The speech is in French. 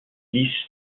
lys